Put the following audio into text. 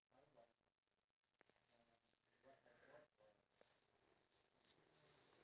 oh there's this uh country I'm not sure wherever I keep on seeing photos of it like